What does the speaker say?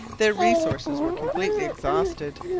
their resources were completely exhausted,